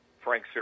Frank